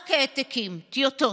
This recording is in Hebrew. רק העתקים, טיוטות.